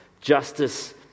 justice